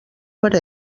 per